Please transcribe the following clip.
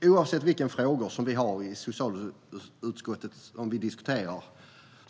Oavsett vilka frågor som vi i socialutskottet diskuterar och